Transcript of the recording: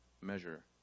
measure